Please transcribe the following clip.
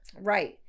Right